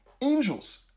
angels